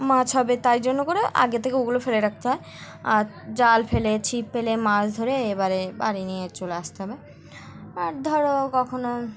মাছ হবে তাই জন্য করে আগে থেকে ওগুলো ফেলে রাখতে হয় আর জাল ফেলে ছিপ ফেলে মাছ ধরে এবারে বাড়ি নিয়ে চলে আসতে হবে আর ধরো কখনও